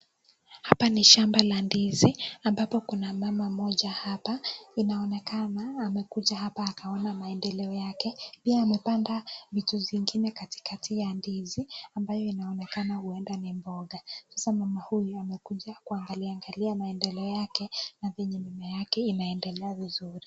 Hapa ni shamba la ndizi ambapo kuna mama mmoja hapa. Inaonekana amekuja hapa akaona maendeleo yake. Pia amepanda vitu zingine katikati ya ndizi ambayo inaonekana huenda ni mboga. Sasa mama huyu amekuja kuangalia maendeleo yake na fenye mimmea yake inaendelea vizuri.